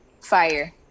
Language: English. Fire